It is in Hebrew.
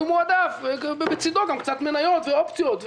לקחתי חניות,